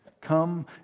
Come